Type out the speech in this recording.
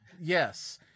Yes